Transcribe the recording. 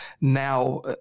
now